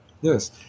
Yes